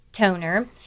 toner